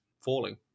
falling